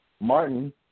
Martin